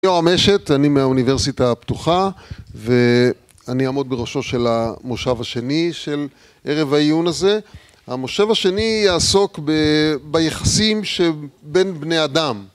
אני יורם עשת, אני מהאוניברסיטה הפתוחה, ואני אעמוד בראשו של המושב השני של ערב העיון הזה. המושב השני יעסוק ב... ביחסים שבין בני אדם